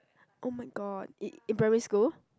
!oh-my-god! in in primary school